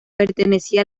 pertenecía